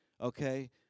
Okay